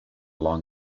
long